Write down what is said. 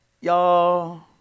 y'all